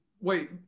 Wait